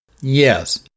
Yes